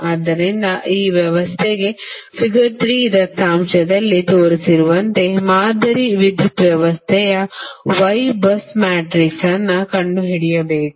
ಆದ್ದರಿಂದ ಈ ವ್ಯವಸ್ಥೆಗೆ ಫಿಗರ್ 3 ದತ್ತಾಂಶದಲ್ಲಿ ತೋರಿಸಿರುವಂತೆ ಮಾದರಿ ವಿದ್ಯುತ್ ವ್ಯವಸ್ಥೆಯ Ybus ಮ್ಯಾಟ್ರಿಕ್ಸ್ ಅನ್ನು ಕಂಡುಹಿಡಿಯಬೇಕು